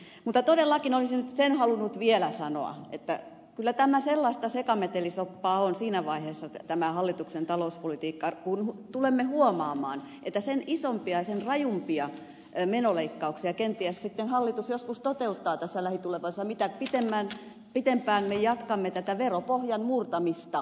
mutta todellakin olisin nyt sen halunnut vielä sanoa että kyllä tämä sellaista sekametelisoppaa on siinä vaiheessa tämä hallituksen talouspolitiikka kun tulemme huomaamaan että sitä isompia ja sitä rajumpia menoleikkauksia kenties sitten hallitus joskus toteuttaa tässä lähitulevaisuudessa mitä pitempään me jatkamme tätä veropohjan murtamista